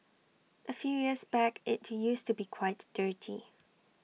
A few years back IT used to be quite dirty